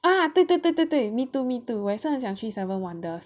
ah 对对对对对 me too me too 我也是很想去 seven wonders